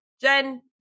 Jen